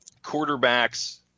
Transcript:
quarterbacks